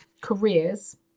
careers